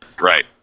right